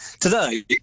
Today